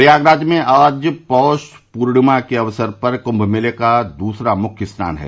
प्रयागराज में आज पौष पूर्णिमा के अवसर पर कुंभ मेले का दूसरा मुख्य स्नान है